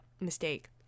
mistake